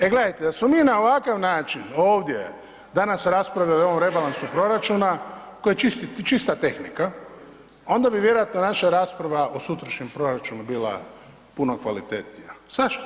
E gledajte, da smo na ovakav način ovdje danas raspravljali o ovom rebalansu proračuna koji je čisti tehnika, onda bi vjerojatno naša rasprava o sutrašnjem proračunu bila pun kvalitetnija, zašto?